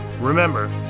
Remember